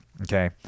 Okay